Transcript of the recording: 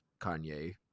Kanye